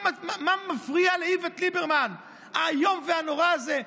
מה מפריע לאיווט ליברמן האיום והנורא הזה,